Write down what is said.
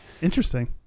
Interesting